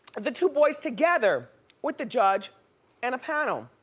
the two boys together with the judge and a panel.